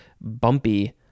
bumpy